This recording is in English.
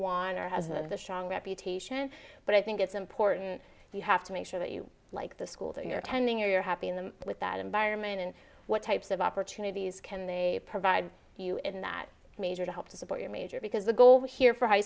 shang reputation but i think it's important you have to make sure that you like the school that you're attending or you're happy in them with that environment and what types of opportunities can they provide you in that major to help to support your major because the goal here for high